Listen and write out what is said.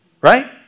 right